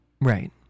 Right